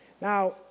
Now